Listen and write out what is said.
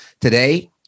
today